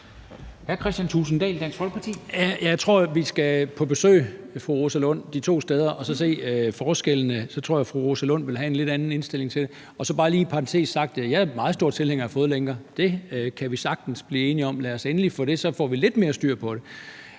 jeg tror, vi skal på besøg, fru Rosa Lund, de to steder og så se forskellene. Så tror jeg, fru Rosa Lund vil have en lidt anden indstilling til det. Og så bare lige sagt i en parentes: Jeg er meget stor tilhænger af fodlænker. Det kan vi sagtens blive enige om. Lad os endelig få det, for så får vi lidt mere styr på det.